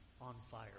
on-fire